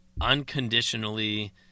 unconditionally